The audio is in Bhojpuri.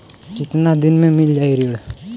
कितना दिन में मील जाई ऋण?